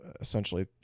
essentially